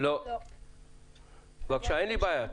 אין בעיה,